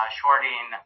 shorting